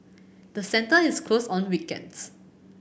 the centre is closed on weekends